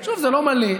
שוב, זה לא מלא.